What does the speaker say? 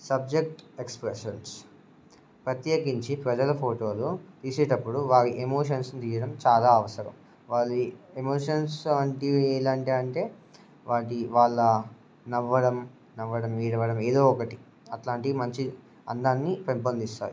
subject expressions ప్రత్యేకించి ప్రజల ఫోటోలు తీసేటప్పుడు వారి ఎమోషన్స్ని తీయడం చాలా అవసరం వారి ఎమోషన్స్ వంటివి ఎలాంటివి అంటే వాటి వాళ్ళ నవ్వడం నవ్వడం ఏడవడం ఏదో ఒకటి అట్లాంటి మంచి అందాన్ని పెంపొందిస్తాయి